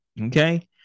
okay